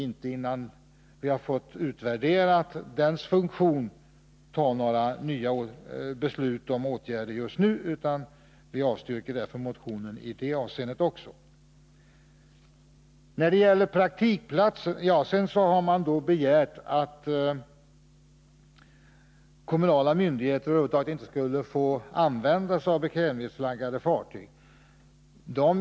Innan vi har fått dess effekt utvärderad vill vi inte fatta några beslut om nya åtgärder. Vi avstyrker därför motionen även i det avseendet. Man har också begärt att kommunala och statliga myndigheter inte skulle få använda sig av bekvämlighetsflaggade fartyg.